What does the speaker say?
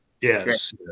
Yes